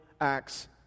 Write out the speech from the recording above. acts